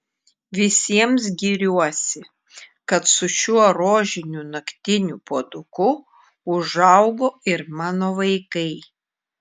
visiems giriuosi kad su šiuo rožiniu naktiniu puoduku užaugo ir mano vaikai